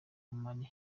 mali